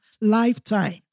lifetime